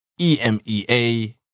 EMEA